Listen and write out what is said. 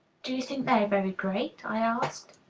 do you think they are very great? i asked.